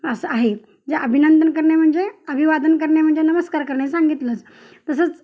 असं आहे जे अभिनंदन करणे म्हणजे अभिवादन करणे म्हणजे नमस्कार करणे सांगितलंच तसंच